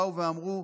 באו ואמרו: